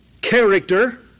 Character